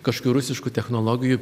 kažkių rusiškų technologijų